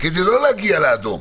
כדי לא להגיע לאדום.